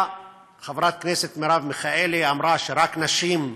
חברת הכנסת מרב מיכאלי אמרה שרק נשים,